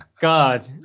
God